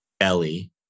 Ellie